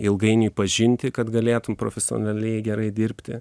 ilgainiui pažinti kad galėtum profesionaliai gerai dirbti